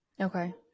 okay